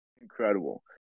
incredible